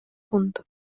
punto